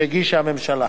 שהגישה הממשלה.